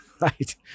right